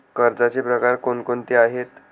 कर्जाचे प्रकार कोणकोणते आहेत?